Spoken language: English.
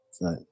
Right